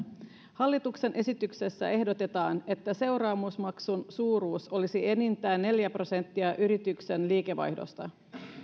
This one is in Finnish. hallituksen esityksessä ehdotetaan että seuraamusmaksun suuruus olisi enintään neljä prosenttia yrityksen liikevaihdosta